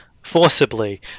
forcibly